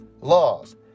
laws